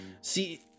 See